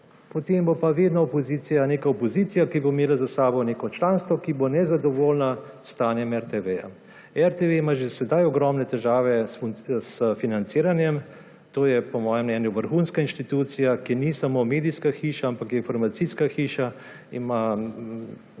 opozicija neka opozicija, ki bo imela za sabo neko članstvo, ki bo nezadovoljno s stanjem RTV. RTV ima že sedaj ogromne težave s financiranjem. To je po mojem mnenju vrhunska institucija, ki ni samo medijska hiša, ampak je informacijska hiša,